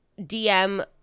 DM